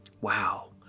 Wow